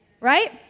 right